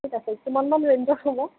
ঠিক আছে কিমানমান ৰেঞ্জৰ হ'ব